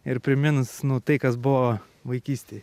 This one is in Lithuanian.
ir primins nu tai kas buvo vaikystėj